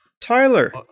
Tyler